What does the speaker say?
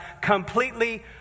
completely